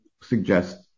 suggest